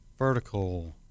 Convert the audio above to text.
Vertical